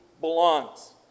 belongs